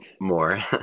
more